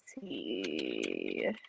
see